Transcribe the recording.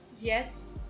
Yes